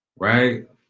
right